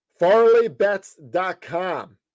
FarleyBets.com